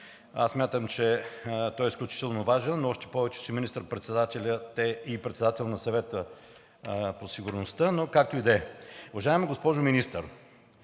Смятам, че е изключително важен, още повече че министър-председателят е и председател на Съвета по сигурността, но както и да е. Уважаема госпожо Министър,